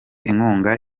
inkunga